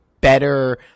better